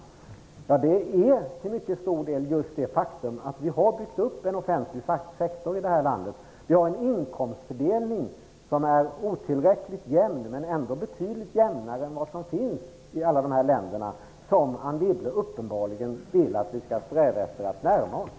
Förklaringen är till mycket stor del det faktum att vi här i landet har byggt upp en offentlig sektor och att vi har en inkomstfördelning som även om den är otillräckligt jämn ändå är betydligt jämnare än i alla de länder som Anne Wibble uppenbarligen vill att vi skall sträva efter att närma oss.